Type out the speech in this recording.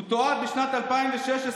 הוא תועד בשנת 2016,